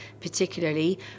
particularly